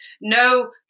no